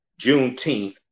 Juneteenth